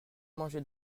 manger